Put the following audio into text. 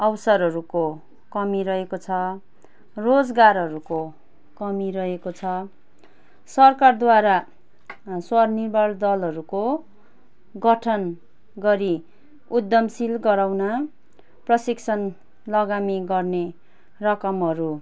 अवसरहरूको कमी रहेको छ रोजगारहरूको कमी रहेको छ सरकारद्वारा स्वनिर्भर दलहरूको गठन गरी उद्यमशील गराउन प्रशिक्षण लगानी गर्ने रकमहरू